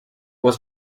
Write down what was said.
was